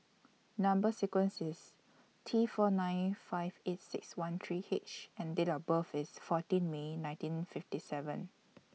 Number sequence IS T four nine five eight six one three H and Date of birth IS fourteen May nineteen fifty seven